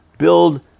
Build